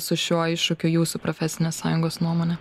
su šiuo iššūkiu jūsų profesinės sąjungos nuomone